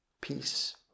peace